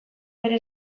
bere